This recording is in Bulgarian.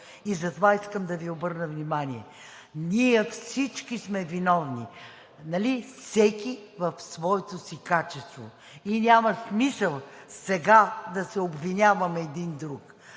И затова искам да Ви обърна внимание – ние всички сме виновни, всеки в своето си качество, и няма смисъл сега да се обвиняваме едни други.